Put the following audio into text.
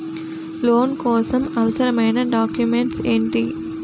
Loan కోసం అవసరమైన documents ఎంటి?